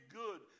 good